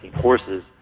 horses